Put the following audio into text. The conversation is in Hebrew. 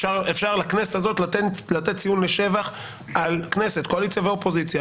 אפשר לכנסת הזאת קואליציה ואופוזיציה